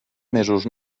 mesos